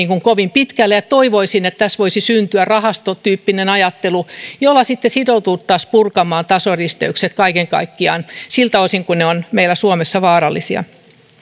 kovin pitkälle ja toivoisin että tässä voisi syntyä rahastotyyppinen ajattelu jolla sitten sitouduttaisiin purkamaan tasoristeykset kaiken kaikkiaan siltä osin kuin ne ovat meillä suomessa vaarallisia